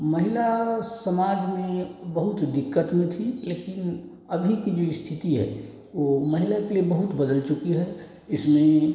महिला समाज में बहुत दिक्कत में थी लेकिन अभी की जो स्थिति है वो महिला के लिए बहुत बदल चुकी है इसमें